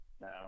no